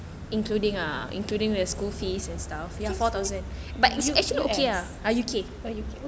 U_S uh ah U_K